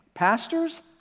Pastors